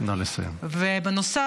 ובנוסף,